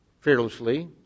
fearlessly